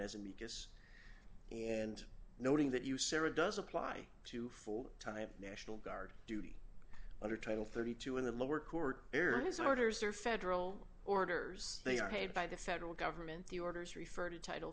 as amicus and noting that you sarah does apply to full time national guard duty under title thirty two in the lower court air his orders are federal orders they are paid by the federal government the orders refer to title